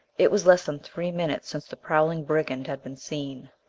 it was less than three minutes since the prowling brigand had been seen.